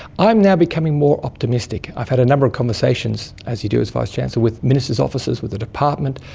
i'm now becoming more optimistic. i've had a number of conversations, as you do as vice-chancellor, with ministers' offices, with the department,